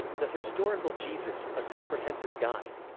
the historical jesus a comprehensive guide.